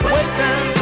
Waiting